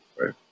Right